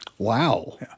Wow